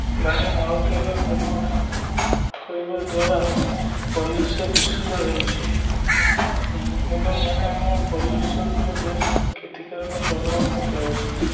ବାହାରେ ମଳତ୍ୟାଗ କରିବା କରିବା ଦ୍ୱାରା ପରିବେଶ ଦୂଷିତ ହେଉଛି ଏବଂ ଏହା ଆମ ପରିବେଶ ଉପରେ ବେଶ୍ କ୍ଷତିକାରକ ପ୍ରଭାବ ପକାଉଛିି